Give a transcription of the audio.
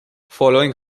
following